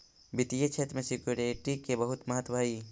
वित्तीय क्षेत्र में सिक्योरिटी के बहुत महत्व हई